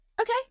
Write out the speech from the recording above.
Okay